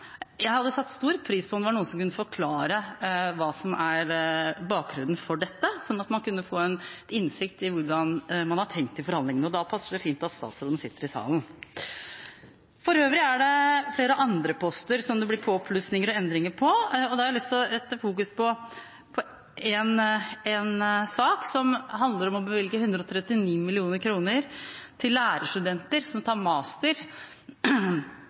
Jeg hadde satt stor pris på om noen kunne forklare bakgrunnen for dette, slik at man kunne fått innsikt i hvordan man har tenkt i forhandlingene. Da passer det fint at statsråden sitter i salen. For øvrig er det flere andre poster som det blir påplussinger og endringer på, og da har jeg lyst til å fokusere på en sak som handler om å bevilge 139 mill. kr til lærerstudenter som tar